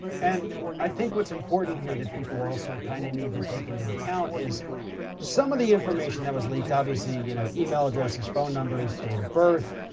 and i think what's important here that people also kind of need to take into account is some of the information that was leaked, obviously, you know, email addresses, phone numbers, date of birth,